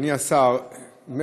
אדוני השר,